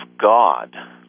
God